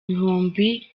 bihumbi